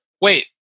Wait